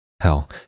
Hell